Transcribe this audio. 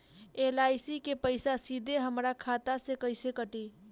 LIC के पईसा सीधे हमरा खाता से कइसे कटी?